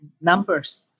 numbers